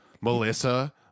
Melissa